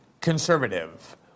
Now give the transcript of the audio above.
conservative